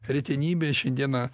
retenybė šiandieną